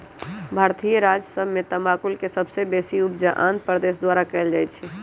भारतीय राज्य सभ में तमाकुल के सबसे बेशी उपजा आंध्र प्रदेश द्वारा कएल जाइ छइ